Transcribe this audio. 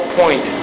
point